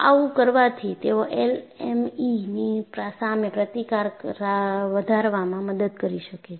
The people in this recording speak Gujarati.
આવું કરવાથી તેઓ એલેમઈની સામે પ્રતિકાર વધારવામાં મદદ કરી શકે છે